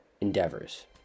Endeavors